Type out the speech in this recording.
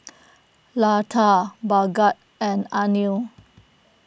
Lata Bhagat and Anil